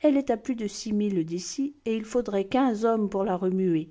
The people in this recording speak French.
elle est à plus de six milles d'ici et il faudrait quinze hommes pour la remuer